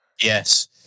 yes